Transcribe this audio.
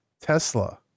Tesla